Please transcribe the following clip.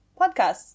Podcasts